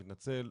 אני מתנצל,